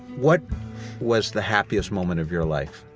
what was the happiest moment of your life?